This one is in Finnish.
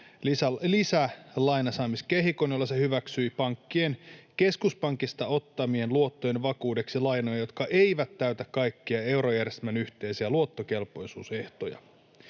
lisälainan saamisen kehikkonsa, jolla se hyväksyi pankkien keskuspankista ottamien luottojen vakuudeksi lainoja, jotka eivät täytä kaikkia eurojärjestelmän yhteisiä luottokelpoisuusehtoja.